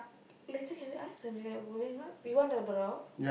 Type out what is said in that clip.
later can we ask when we are going out you want to have a dog